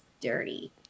Dirty